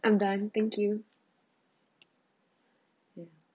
I'm done thank you yeah